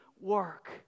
work